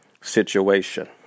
situation